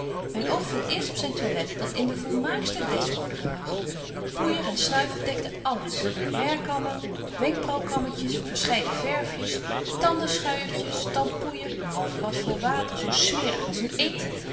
myn oog viel eerst op zyn toilet dat in de volmaaktste desordre lag poeijer en snuif bedekten alles hairkammen wenkbraauwkammetjes verscheiden verfjes tandenschuijertjes tandpoeijer een half glas vol water zo smerig als een eend